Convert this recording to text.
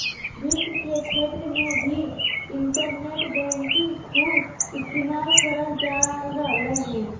वित्त के क्षेत्र मे भी इन्टरनेट बैंकिंग खूब इस्तेमाल करल जा रहलय हें